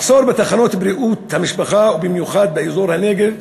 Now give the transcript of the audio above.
מחסור בתחנות בריאות המשפחה, ובמיוחד באזור הנגב,